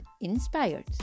inspired